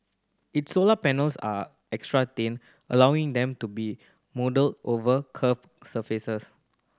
its solar panels are extra thin allowing them to be moulded over curved surfaces